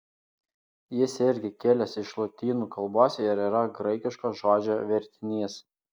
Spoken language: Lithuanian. jis irgi kilęs iš lotynų kalbos ir yra graikiško žodžio vertinys